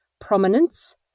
prominence